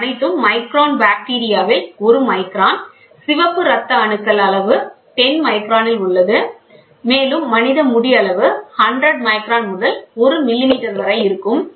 இவை அனைத்தும் மைக்ரான் பாக்டீரியாவில் ஒரு மைக்ரான் சிவப்பு ரத்த அணுக்கள் அளவு 10 மைக்ரானில் உள்ளன மேலும் மனித முடி அளவு 100 மைக்ரான் முதல் 1 மில்லிமீட்டர் வரை இருக்கும்